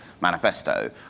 manifesto